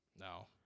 No